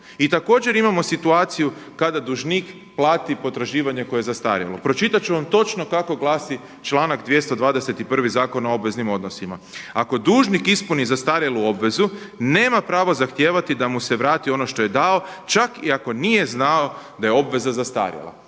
I također imamo situaciju kada dužnik plati potraživanje koje je zastarjelo. Pročitat ću vam točno kako glasi članak 221. Zakona o obveznim odnosima. Ako dužnik ispuni zastarjelu obvezu nema pravo zahtijevati da mu se vrati ono što je dao čak i ako nije znao da je obveza zastarjela.